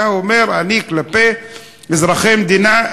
אתה אומר: כלפי אזרח המדינה,